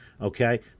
okay